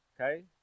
okay